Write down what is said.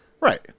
Right